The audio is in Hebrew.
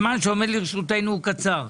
הזמן שעומד לרשותנו הוא קצר.